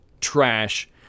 trash